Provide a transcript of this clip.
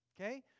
okay